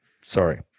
Sorry